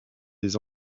des